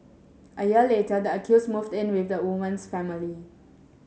a year later the accused moved in with the woman's family